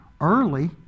early